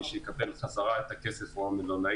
מי שיקבל חזרה את הכסף הוא המלונאי